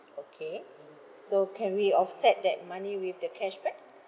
okay so can we offset that money with the cashback